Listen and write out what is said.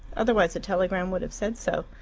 otherwise the telegram would have said so.